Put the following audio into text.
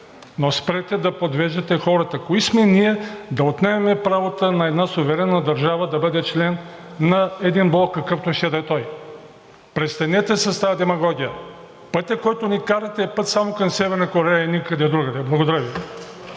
Но спрете да подвеждате хората! Кои сме ние да отнемаме правото на една суверенна държава да бъде член на един блок, какъвто и ще да е той? Престанете с тази демагогия! Пътят, по който ни карате, е път само към Северна Корея и никъде другаде. Благодаря Ви.